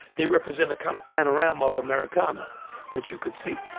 they represent a kind of panorama of americana that you could see